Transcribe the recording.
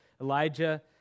Elijah